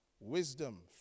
Wisdom